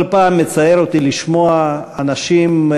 כל פעם מצער אותי לשמוע אנשים,